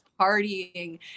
partying